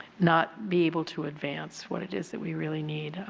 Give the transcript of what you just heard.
not be able to advance what it is that we really need.